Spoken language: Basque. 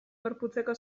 gorputzeko